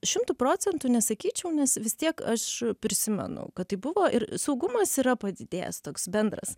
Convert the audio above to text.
šimtu procentų nesakyčiau nes vis tiek aš prisimenu kad tai buvo ir saugumas yra padidėjęs toks bendras